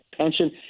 pension